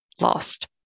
lost